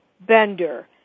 Bender